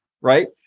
right